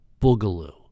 Boogaloo